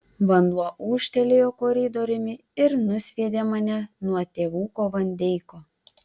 vanduo ūžtelėjo koridoriumi ir nusviedė mane nuo tėvuko van deiko